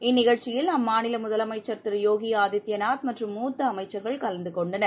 இந்த நிகழ்ச்சியில் அம்மாநில முதலமைச்சா் திரு யோகி ஆதித்யநாத் மற்றும் மூத்த அமைச்சா்கள் கலந்து கொண்டனர்